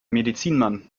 medizinmann